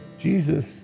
Jesus